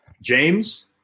James –